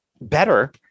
better